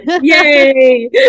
Yay